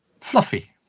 fluffy